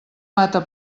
mata